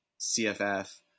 CFF